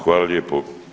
Hvala lijepo.